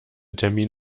termin